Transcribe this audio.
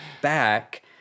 back